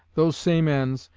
those same ends,